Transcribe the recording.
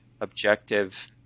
objective